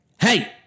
hey